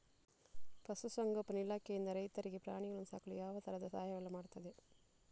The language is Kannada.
ಪಶುಸಂಗೋಪನೆ ಇಲಾಖೆಯಿಂದ ರೈತರಿಗೆ ಪ್ರಾಣಿಗಳನ್ನು ಸಾಕಲು ಯಾವ ತರದ ಸಹಾಯವೆಲ್ಲ ಮಾಡ್ತದೆ?